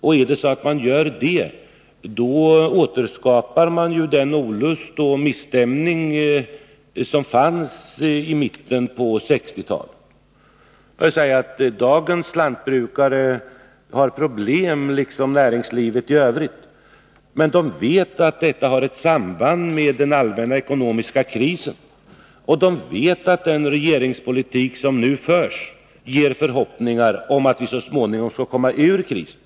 Gör man det återskapar man den olust och misstämning som fanns i mitten på 1960-talet. Dagens lantbrukare har problem, liksom näringslivet i övrigt, men de vet att detta har ett samband med den allmänna ekonomiska krisen. De vet att den regeringspolitik som nu förs ger förhoppning om att vi så småningom skall komma ur kriserna.